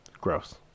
Gross